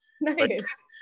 Nice